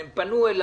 הם פנו אליי,